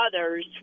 others